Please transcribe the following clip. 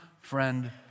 friend